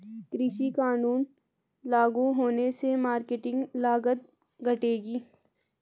कृषि कानून लागू होने से मार्केटिंग लागत घटेगी